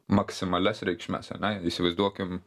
maksimalias reikšmes ane įsivaizduokim